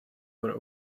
were